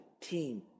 team